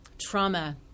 trauma